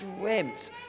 dreamt